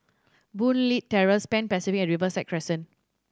Boon Leat Terrace Pan Pacific and Riverside Crescent